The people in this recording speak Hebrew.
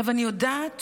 אני יודעת